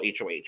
HOH